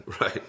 Right